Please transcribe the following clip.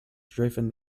driven